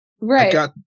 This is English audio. Right